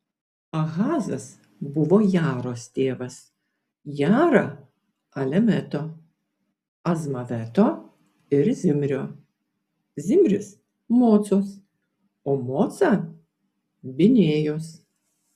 ahazas buvo jaros tėvas jara alemeto azmaveto ir zimrio zimris mocos o moca binėjos